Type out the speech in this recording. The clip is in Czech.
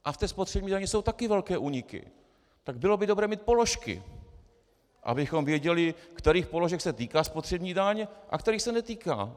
A ve spotřební dani jsou také velké úniky, tak by bylo dobré mít položky, abychom věděli, kterých položek se týká spotřební daň a kterých se netýká.